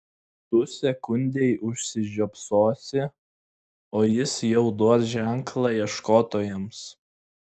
tu sekundei užsižiopsosi o jis jau duos ženklą ieškotojams